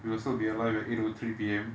we will still be alive at eight O three P_M